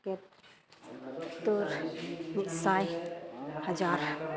ᱜᱮ ᱛᱩᱨ ᱢᱤᱫ ᱥᱟᱭ ᱦᱟᱡᱟᱨ